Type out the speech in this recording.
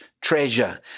treasure